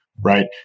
Right